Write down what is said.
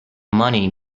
money